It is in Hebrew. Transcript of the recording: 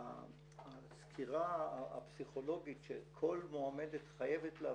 הסקירה הפסיכולוגית שכל מועמדת חייבת לעבור,